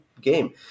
game